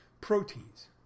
proteins